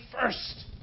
first